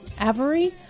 Avery